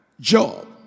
Job